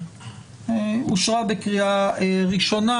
היא אושרה בקריאה ראשונה,